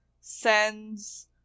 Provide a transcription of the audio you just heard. sends